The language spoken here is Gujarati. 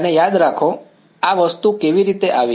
અને યાદ રાખો આ વસ્તુ કેવી રીતે આવી